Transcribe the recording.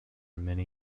many